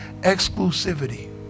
exclusivity